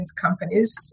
companies